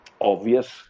obvious